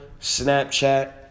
Snapchat